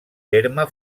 terme